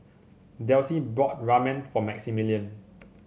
Delsie bought Ramen for Maximillian